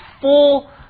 full